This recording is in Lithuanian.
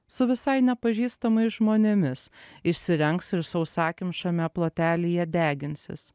su visai nepažįstamais žmonėmis išsirengs ir sausakimšame plotelyje deginsis